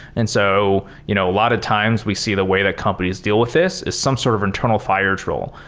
and so you know a lot of times we see the way that companies deal with this is some sort of internal fire troll.